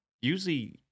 usually